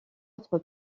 autre